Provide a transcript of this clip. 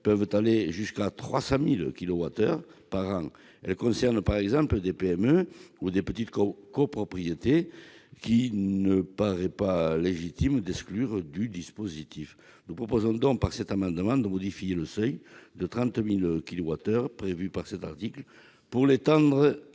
peuvent aller jusqu'à 300 000 kilowattheures par an ; elles concernent par exemple des PME ou de petites copropriétés qu'il ne paraît pas légitime d'exclure du dispositif. Nous proposons donc, par cet amendement, de modifier le seuil prévu par cet article, de